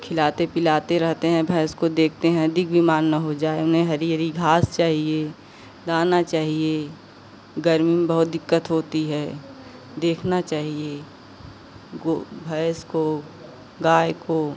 खिलाते पिलाते रहते हैं भैंस को देखते हैं अधिक बीमार न हो जाए उन्हें हरी हरी घास चाहिए दाना चाहिए गर्मी में बहुत दिक्कत होती है देखना चाहिए गो भैंस को गाय को